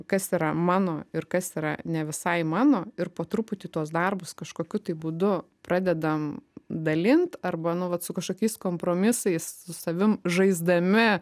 kas yra mano ir kas yra ne visai mano ir po truputį tuos darbus kažkokiu tai būdu pradedam dalint arba nu vat su kažkokiais kompromisais su savim žaisdami